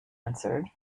answered